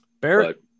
Barrett